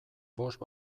bost